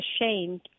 ashamed